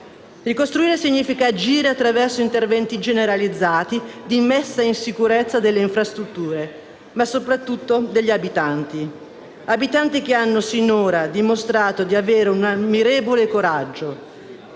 Ricostruire significa agire attraverso interventi generalizzati di messa in sicurezza delle infrastrutture, ma soprattutto degli abitanti; abitanti che hanno sinora dimostrato di avere un ammirevole coraggio.